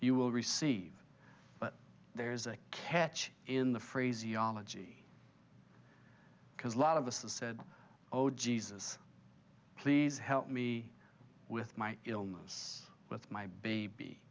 you will receive but there's a catch in the phraseology because a lot of us have said oh jesus please help me with my illness with my baby